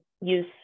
use